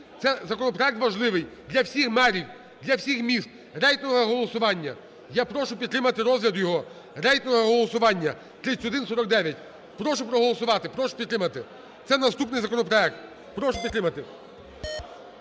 Це законопроект важливий для всіх мерів, для всіх міст. Рейтингове голосування. Я прошу підтримати розгляд його, рейтингове голосування, 3149. Прошу проголосувати, прошу підтримати. Це наступний законопроект, прошу підтримати.